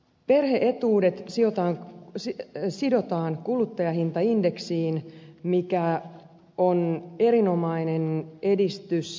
perhe etuudet sidotaan kuluttajahintaindeksiin mikä on erinomainen edistys